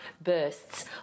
bursts